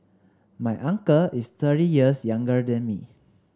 my uncle is thirty years younger than me